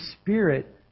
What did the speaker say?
spirit